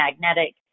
magnetic